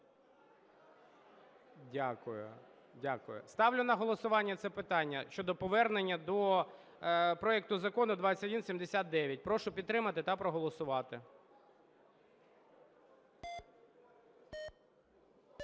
Дякую. Ставлю на голосування це питання щодо повернення до проекту Закону 2179. Прошу підтримати та проголосувати.